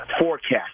forecast